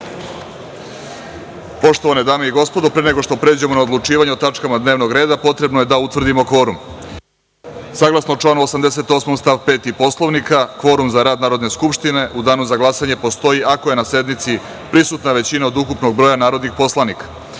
sazivu. Poštovane dame i gospodo, pre nego što pređemo na odlučivanje o tačkama dnevnog reda potrebno je da utvrdimo kvorum. Saglasno članu 88. stav 5. Poslovnika kvorum za rad Narodne skupštine u danu za glasanje postoji ako je na sednici prisutna većina od ukupnog broja narodnih poslanika. Molim